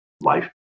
life